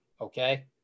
okay